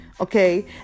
Okay